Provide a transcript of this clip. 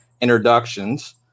introductions